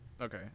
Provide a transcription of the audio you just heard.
Okay